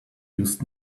used